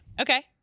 Okay